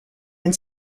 and